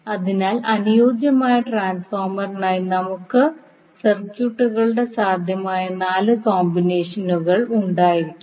അതിനാൽ അനുയോജ്യമായ ട്രാൻസ്ഫോർമറിനായി നമുക്ക് സർക്യൂട്ടുകളുടെ സാധ്യമായ നാല് കോമ്പിനേഷനുകൾ ഉണ്ടായിരിക്കാം